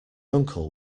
uncle